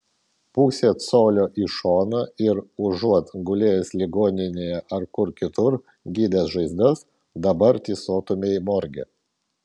pusė colio į šoną ir užuot gulėjęs ligoninėje ar kur kitur gydęs žaizdas dabar tysotumei morge